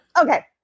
okay